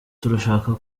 turashaka